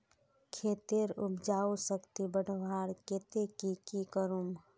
खेतेर उपजाऊ शक्ति बढ़वार केते की की करूम?